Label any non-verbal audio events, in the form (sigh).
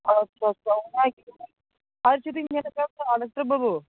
ᱟᱪᱪᱷᱟ ᱟᱪᱪᱷᱟ (unintelligible) ᱟᱨ ᱡᱩᱫᱤᱢ ᱢᱮᱱᱮᱫ ᱠᱷᱟᱱ (unintelligible) ᱵᱟᱹᱵᱩ